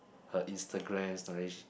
her Instagram stories